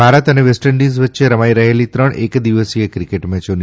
ભારત અને West Indies વચ્ચે રમાઈ રહેલી ત્રણ એકદિવસીય ક્રિકેટ મેચોની